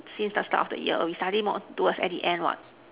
since the start of the year we study more towards the end what